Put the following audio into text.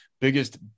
biggest